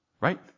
right